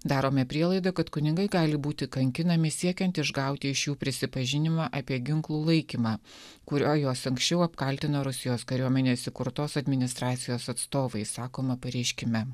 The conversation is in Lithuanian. darome prielaidą kad kunigai gali būti kankinami siekiant išgauti iš jų prisipažinimą apie ginklų laikymą kuriuo juos anksčiau apkaltino rusijos kariuomenės įkurtos administracijos atstovai sakoma pareiškime